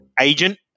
agent